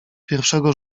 pierwszego